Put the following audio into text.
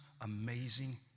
amazing